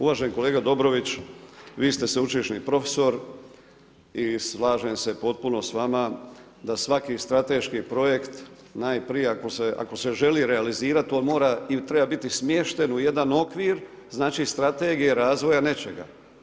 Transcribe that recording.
Uvaženi kolega Dobrović, vi ste sveučilišni profesor i slažem se potpuno s vama da svaki strateški projekt najprije ako se želi realizirati on mora i treba biti smješten u jedan okvir, znači strategije razvoja nečega.